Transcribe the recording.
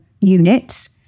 units